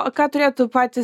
o ką turėtų patys